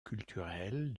culturelle